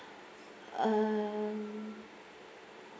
um